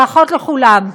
ברכות לכולם.